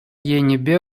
енӗпе